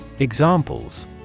Examples